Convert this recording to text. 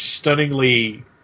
stunningly